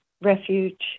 refuge